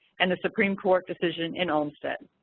and, the supreme court decision in olmstead.